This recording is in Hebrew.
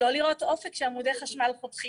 אבל הם צריכים להיות או בעלי אפשרות לעשות